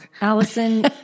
Allison